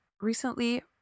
recently